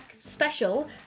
special